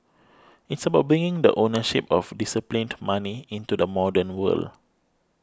it's about bringing the ownership of disciplined money into the modern world